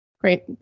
Great